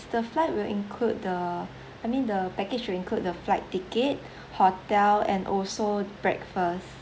the flight will include the I mean the package will include the flight ticket hotel and also breakfast